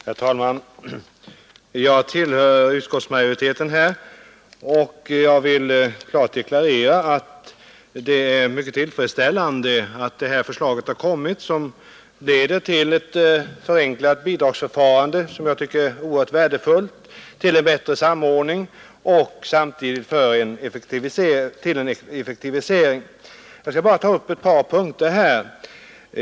Herr talman! Jag tillhör i denna fråga utskottsmajoriteten, och jag vill klart deklarera att jag tycker att det är mycket tillfredsställande att detta förslag framlagts; det leder till ett förenklat bidragsförfarande — det tycker jag är oerhört värdefullt —, till en bättre samordning och till en effektivisering. Jag skall bara ta upp ett par punkter.